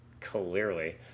clearly